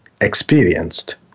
experienced